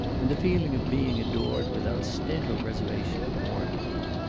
and the feeling of being adored without stint or reservation warmed him.